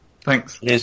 thanks